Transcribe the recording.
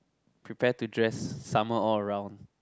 prepare to dress summer all around